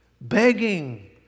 begging